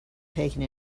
taking